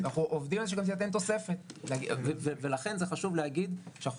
אנחנו עובדים על זה שגם תינתן תוספת ולכן זה חשוב להגיד שאנחנו